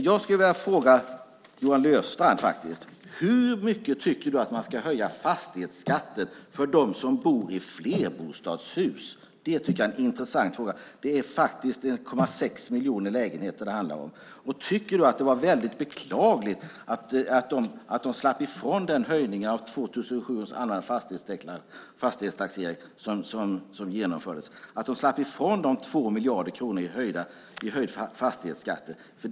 Jag vill fråga Johan Löfstrand: Hur mycket tycker du att man ska höja fastighetsskatten för dem som bor i flerbostadshus? Det är en intressant fråga. Det är 1,6 miljoner lägenheter det handlar om. Tycker du att det var väldigt beklagligt att de slapp ifrån höjningen vid 2007 års allmänna fastighetstaxering som genomfördes, det vill säga att de slapp ifrån 2 miljarder i höjda fastighetsskatter?